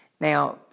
Now